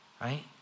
Right